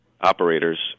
operators